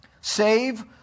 save